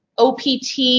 OPT